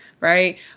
Right